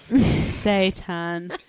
Satan